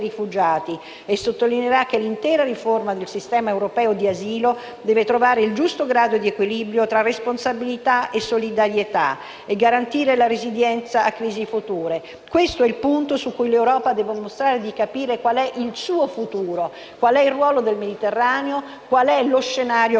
europeo di asilo deve trovare il giusto grado di equilibrio tra responsabilità e solidarietà e garantire la resilienza a crisi future. Questo è il punto su cui l'Europa deve mostrare di capire qual è il suo futuro, qual è il ruolo del Mediterraneo, qual è lo scenario che si presenta nel prossimo secolo nel processo